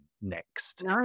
next